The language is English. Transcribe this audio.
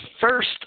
first